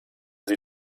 sie